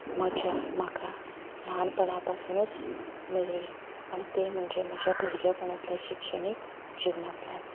म्हज्या म्हाका ल्हानपणा पासुनूच मेळ्ळी आनी तें म्हणजे म्हज्या भुरगेपणांतल्या शिक्षणीक जिवनांतल्यान